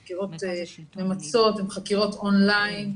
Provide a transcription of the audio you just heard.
הן חקירות ממצות, הן חקירות און ליין.